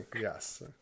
yes